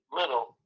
little